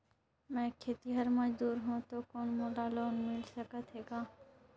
मैं खेतिहर मजदूर हों ता कौन मोला लोन मिल सकत हे का?